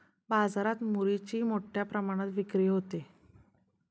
बाजारात मुरीची मोठ्या प्रमाणात विक्री होते